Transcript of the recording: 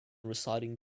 reciting